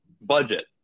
budget